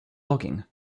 logging